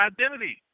Identity